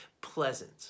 pleasant